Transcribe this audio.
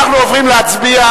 אנחנו עוברים להצביע,